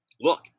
Look